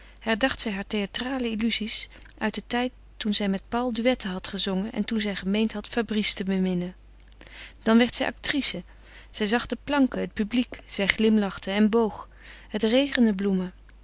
herdacht zij hare theatrale illuzies uit den tijd toen zij met paul duetten had gezongen en toen zij gemeend had fabrice te beminnen dan werd zij actrice zij zag de planken het publiek zij glimlachte en boog het regende bloemen